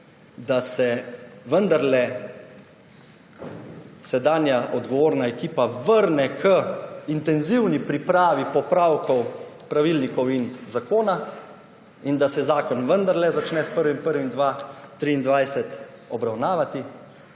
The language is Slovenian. da se vendarle sedanja odgovorna ekipa vrne k intenzivni pripravi popravkov, pravilnikov in zakona in da se zakon vendarle začne s 1. 1. 2023 obravnavati,